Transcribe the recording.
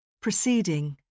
Proceeding